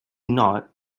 knot